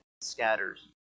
scatters